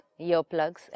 earplugs